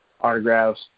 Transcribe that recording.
autographs